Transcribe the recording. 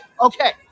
Okay